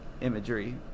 Imagery